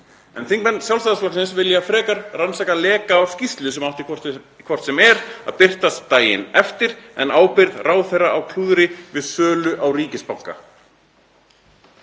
En þingmenn Sjálfstæðisflokksins vilja frekar rannsaka leka á skýrslu sem átti hvort sem er að birtast daginn eftir en ábyrgð ráðherra á klúðri við sölu á ríkisbanka.